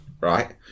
right